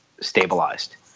stabilized